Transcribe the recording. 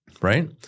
right